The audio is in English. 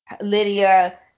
Lydia